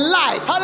light